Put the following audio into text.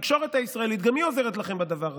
התקשורת הישראלית גם היא עוזרת לכם בדבר הזה.